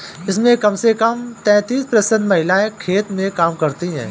इसमें कम से कम तैंतीस प्रतिशत महिलाएं खेत में काम करती हैं